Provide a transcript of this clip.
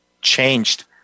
changed